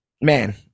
man